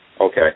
Okay